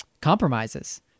Compromises